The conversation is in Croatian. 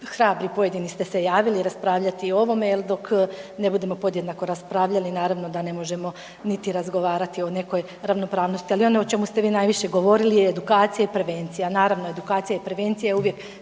hrabri i pojedini ste se javili i raspravljati i ovome jel dok ne budemo podjednako raspravljali naravno da ne možemo niti razgovarati o nekoj ravnopravnosti. Ali ono o čemu ste vi najviše govorili je edukacija i prevencija. Naravno edukacija i prevencija je uvijek